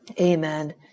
Amen